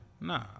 Nah